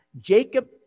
jacob